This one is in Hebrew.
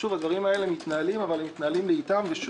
הדברים האלה מתנהלים, אבל הם מתנהלים לאיטם.